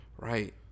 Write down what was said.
right